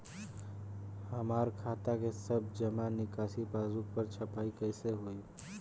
हमार खाता के सब जमा निकासी पासबुक पर छपाई कैसे होई?